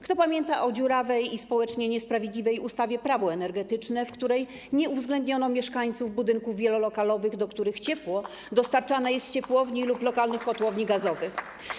Kto pamięta o dziurawej i społecznie niesprawiedliwej ustawie Prawo energetyczne, w której nie uwzględniono mieszkańców budynków wielolokalowych, do których ciepło dostarczane jest z ciepłowni lub lokalnych kotłowni gazowych?